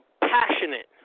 passionate